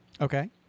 Okay